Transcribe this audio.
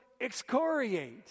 excoriate